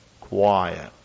Quiet